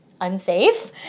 unsafe